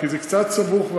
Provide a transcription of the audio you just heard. כי זה קצת סבוך,